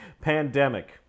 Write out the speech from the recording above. Pandemic